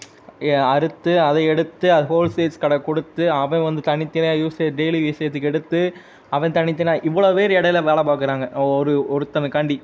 ஏ அறுத்து அதை எடுத்து அதை ஹோல்சேல்ஸ் கடை கொடுத்து அவன் வந்து தனித் தனியா யூஸேஜ் டெய்லி யூஸேஜுக்கு எடுத்து அவன் தனித் தனியா இவ்வளோ பேர் இடையில வேலை பார்க்கறாங்க ஓ ஒரு ஒருத்தனுக்காண்டி